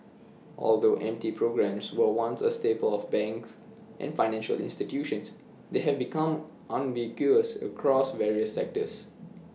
although M T programmes were once A staple of banks and financial institutions they have become ubiquitous across various sectors